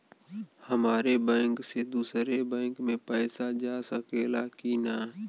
हमारे बैंक से दूसरा बैंक में पैसा जा सकेला की ना?